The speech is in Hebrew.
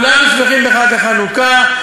כולנו שמחים בחג החנוכה.